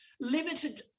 limited